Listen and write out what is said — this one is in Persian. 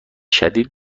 شدید